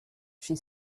she